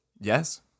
Yes